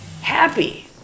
Happy